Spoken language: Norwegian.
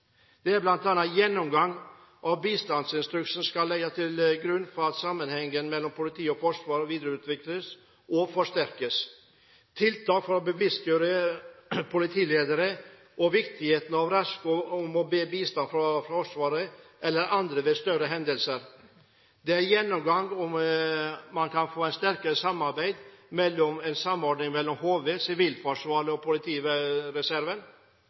Det er bl.a.: Gjennomgangen av bistandsinstruksen skal legge til grunn at samhandlingen mellom politi og forsvar videreutvikles og forsterkes. Tiltak for å bevisstgjøre politiledere om viktigheten av raskt å be om bistand fra Forsvaret eller andre ved større hendelser. Gjennomgang av om man kan få et sterkere samarbeid eller en samordning av HV, Sivilforsvaret og politireserven.